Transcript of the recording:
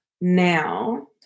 now